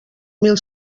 mil